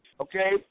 Okay